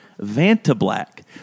Vantablack